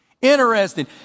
Interesting